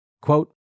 Quote